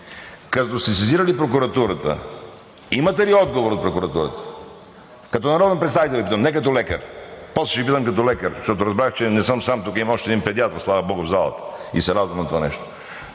като сте сезирали прокуратурата, имате ли отговор от прокуратурата? Като народен представител Ви питам, не като лекар. После ще Ви питам като лекар, защото разбрах, че не съм сам, тук има още един педиатър, слава богу, в залата, и се радвам на това нещо.